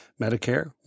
Medicare